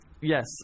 Yes